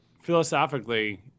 philosophically